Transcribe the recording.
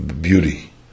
beauty